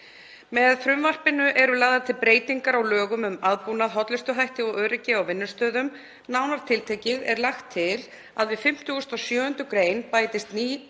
Með frumvarpinu eru lagðar til breytingar á lögum um aðbúnað, hollustuhætti og öryggi á vinnustöðum. Nánar tiltekið er lagt til að við 57. gr. bætist ný